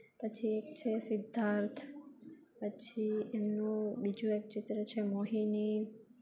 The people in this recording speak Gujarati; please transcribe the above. પછી એક છે સિદ્ધાર્થ પછી એનું બીજું એક ચિત્ર છે મોહિની